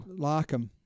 Larkham